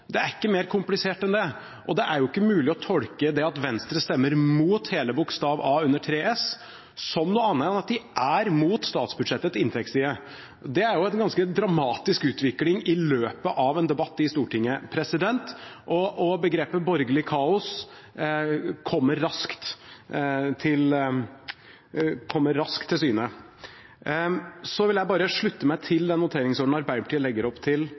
Det er ikke mer komplisert enn det. Og det er ikke mulig å tolke det at Venstre stemmer imot hele forslag til vedtak A i Innst. 3 S for 2016–2017 som noe annet enn at de er imot statsbudsjettets inntektsside. Det er en ganske dramatisk utvikling i løpet av en debatt i Stortinget. Begrepet borgerlig kaos kommer raskt til syne. Jeg vil slutte meg til den voteringsordenen Arbeiderpartiet legger opp til